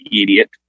idiot